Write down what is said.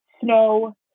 snow